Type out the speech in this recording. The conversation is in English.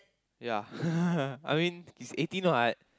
ya I mean he's eighteen what